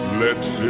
lets